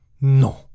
no